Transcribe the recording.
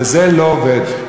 וזה לא עובד.